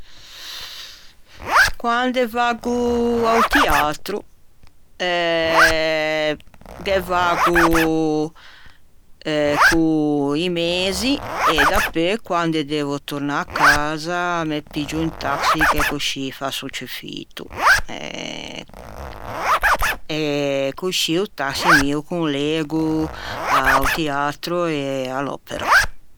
Quande vaggo a-o tiatro ghe vaggo co i mezi e dapeu quande devo tornâ à casa me piggio un taxi che coscì fasso ciù fito e coscì o taxi o conlego a-o tiatro e à l'opera.